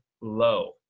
low